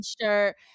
shirt